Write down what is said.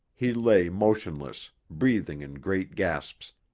he lay motionless, breathing in great gasps,